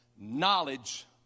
knowledge